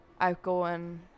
outgoing